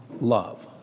love